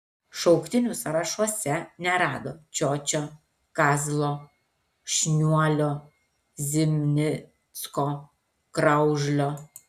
šauktinių sąrašuose nerado čiočio kazlo šniuolio zimnicko kraužlio